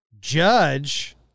Judge